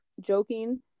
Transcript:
joking